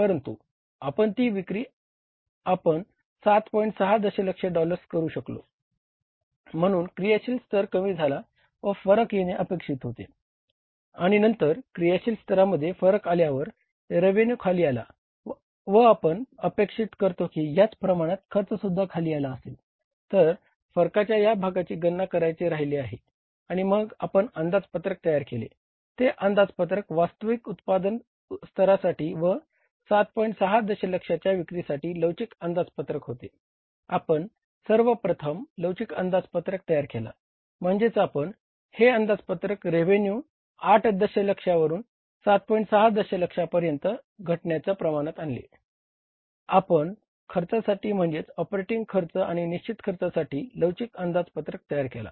आपण सर्वप्रथम लवचिक अंदाजपत्रक आणि निश्चित खर्चासाठी लवचिक अंदाजपत्रक तयार केला